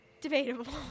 Debatable